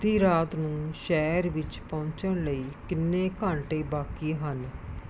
ਅੱਧੀ ਰਾਤ ਨੂੰ ਸ਼ਹਿਰ ਵਿੱਚ ਪਹੁੰਚਣ ਲਈ ਕਿੰਨੇ ਘੰਟੇ ਬਾਕੀ ਹਨ